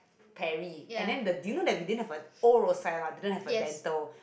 Perry and then the do you know that we didn't have a old Rosyth lah we didn't have a dental